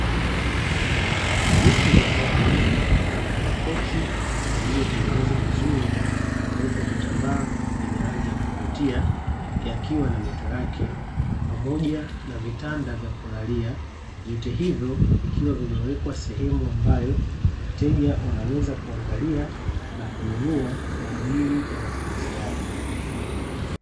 Vitu vya ndani kama makochi yaliyotengezwa vizuri na kuwekwa vitambaa venye rangi ya kuvutia, yakiwa na mito yake, pamoja na vitanda vya kulalia; vyote hivi, vikiwa vimeweka sehemu ambayo wateja wanaweza kuangalia na kununua kwa ajili ya matumizi yao